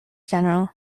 general